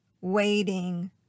waiting